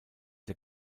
der